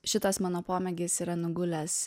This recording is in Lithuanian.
šitas mano pomėgis yra nugulęs